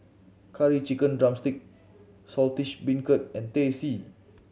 Curry Chicken drumstick Saltish Beancurd and Teh C